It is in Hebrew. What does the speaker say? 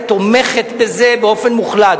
זה נכון, מהמושל הצבאי?